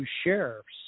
sheriffs